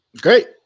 Great